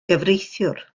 gyfreithiwr